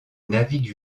navigue